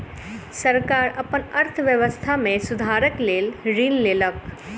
सरकार अपन अर्थव्यवस्था में सुधारक लेल ऋण लेलक